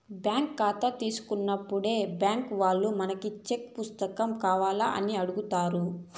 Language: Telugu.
బ్యాంక్ కాతా తీసుకున్నప్పుడే బ్యాంకీ వాల్లు మనకి సెక్కుల పుస్తకం కావాల్నా అని అడుగుతారు